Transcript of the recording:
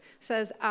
says